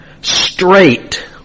straight